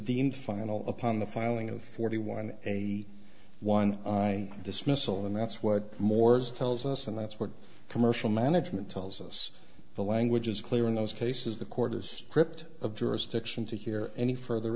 deemed final upon the filing of forty one a one dismissal and that's what moore's tells us and that's what commercial management tells us the language is clear in those cases the court has stripped of jurisdiction to hear any further